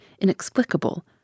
inexplicable